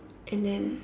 and then